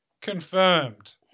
confirmed